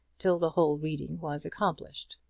till the whole reading was accomplished.